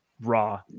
Raw